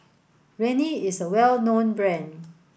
Rene is a well known brand